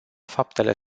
faptele